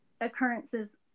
occurrences